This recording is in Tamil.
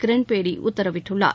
கிரண்பேடி உத்தரவிட்டுள்ளார்